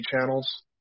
channels